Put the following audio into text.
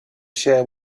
share